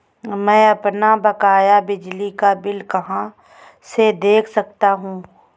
मैं अपना बकाया बिजली का बिल कहाँ से देख सकता हूँ?